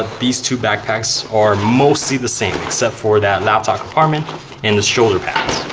these two backpacks are mostly the same except for that laptop compartment and the shoulder pads,